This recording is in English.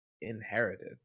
inherited